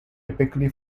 typically